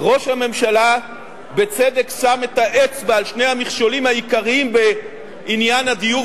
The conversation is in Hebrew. ראש הממשלה בצדק שם את האצבע על שני המכשולים העיקריים בעניין הדיור